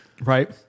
Right